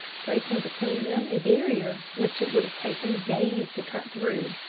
placing between them a barrier which it would have taken days to cut through.